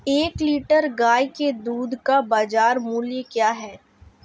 एक लीटर गाय के दूध का बाज़ार मूल्य क्या है?